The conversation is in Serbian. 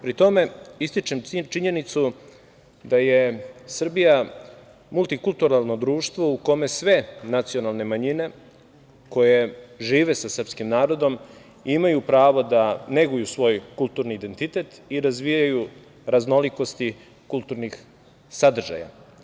Pri tome ističem činjenicu da je Srbija multikulturalno društvo u kome sve nacionalne manjine koje žive sa srpskim narodom imaju pravo da neguju svoj kulturni identitet i da razvijaju raznolikosti kulturnih sadržaja.